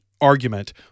argument